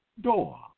door